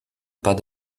pas